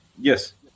Yes